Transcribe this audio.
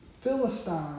Philistine